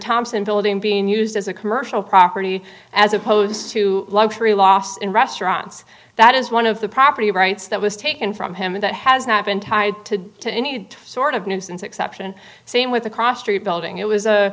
thompson building being used as a commercial property as opposed to luxury lost in restaurants that is one of the property rights that was taken from him and that has not been tied to any sort of nuisance exception same with the cross street building it was